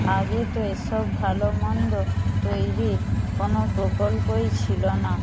আগে তো এসব ভালোমন্দ তৈরির কোনো প্রকল্পই ছিল না